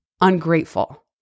ungrateful